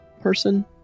person